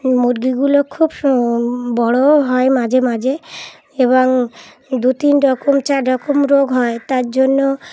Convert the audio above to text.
মুরগিগুলো খুব সুন্দর বড়োও হয় মাঝে মাঝে এবং দু তিন রকম চার রকম রোগ হয় তার জন্য